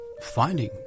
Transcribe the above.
finding